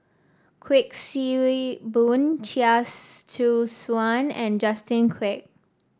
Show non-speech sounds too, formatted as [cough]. Kuik Swee Boon Chia [unintelligible] Choo Suan and Justin Quek